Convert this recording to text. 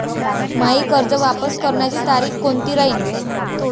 मायी कर्ज वापस करण्याची तारखी कोनती राहीन?